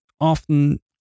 often